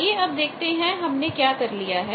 आइए अब देखते हैं कि हमने क्या कर लिया है